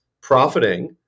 profiting